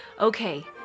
Okay